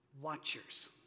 watchers